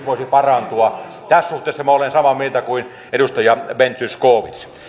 voisi parantua tässä suhteessa minä olen samaa mieltä kuin edustaja ben zyskowicz